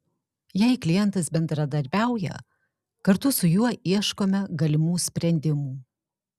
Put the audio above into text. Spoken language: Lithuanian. jei klientas bendradarbiauja kartu su juo ieškome galimų sprendimų